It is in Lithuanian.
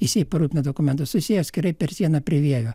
jis jai parūpino dokumentus susiję atskirai per sieną prie vievio